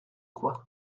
quoi